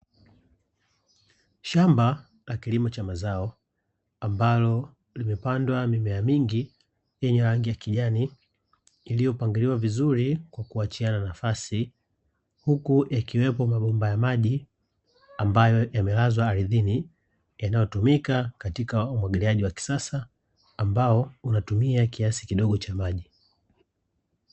Shamba la kilimo cha mazao ambalo limepandwa mimea mingi yenye rangi ya kijani, iliyopangiliwa vizuri kwa kuachiana nafasi, huku yakiwepo mabomba ya maji ambayo yamelazwa ardhini yanayotumika katika umwagiliaji wa kisasa ambao unatumia kiasi kidogo cha maji.